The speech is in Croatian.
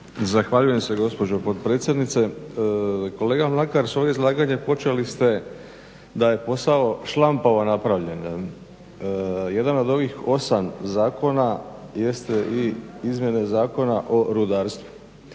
Zahvaljujem se gospođo potpredsjednice. Kolega Mlakar, svoje izlaganje počeli ste da je posao šlampavo napravljen. Jedan od ovih osam zakona jeste i izmjena Zakona o rudarstvu.